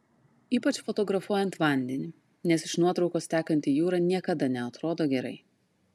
ypač fotografuojant vandenį nes iš nuotraukos tekanti jūra niekada neatrodo gerai